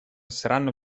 saranno